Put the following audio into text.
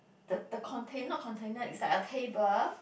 the the container not container it's like a table